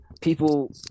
people